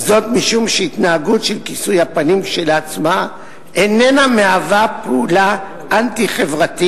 הן משום שהתנהגות של כיסוי הפנים כשלעצמה איננה מהווה עילה אנטי-חברתית